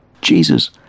Jesus